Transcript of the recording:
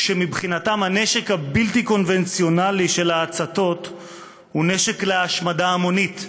שמבחינתם הנשק הבלתי-קונבנציונלי של ההצתות הוא נשק להשמדה המונית.